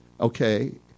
okay